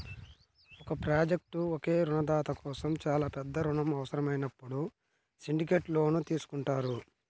ఒక ప్రాజెక్ట్కు ఒకే రుణదాత కోసం చాలా పెద్ద రుణం అవసరమైనప్పుడు సిండికేట్ లోన్ తీసుకుంటారు